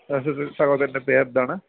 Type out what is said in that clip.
ഷംസുദീൻ സഹോദരൻ്റെ പേരെന്താണ്